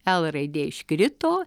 l raidė iškrito